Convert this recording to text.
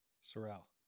Sorrel